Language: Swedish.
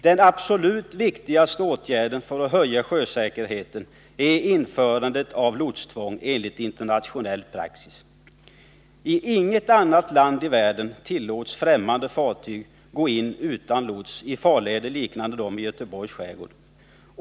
Den absolut viktigaste åtgärden för att höja sjösäkerheten är införandet av lotstvång enligt internationell praxis. Tinget annat land i världen tillåts främmande fartyg gå in utan lots i farleder liknande dem i Göteborgs skärgård.